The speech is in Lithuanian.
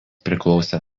priklausė